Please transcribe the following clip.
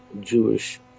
Jewish